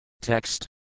Text